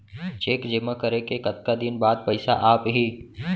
Cheque जेमा करे के कतका दिन बाद पइसा आप ही?